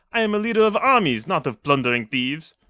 i am a leader of armies, not of plundering thieves.